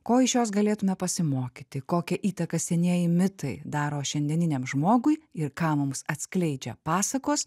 ko iš jos galėtume pasimokyti kokią įtaką senieji mitai daro šiandieniniam žmogui ir ką mums atskleidžia pasakos